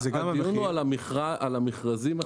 --- על המכרזים?